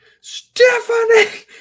Stephanie